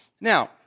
Now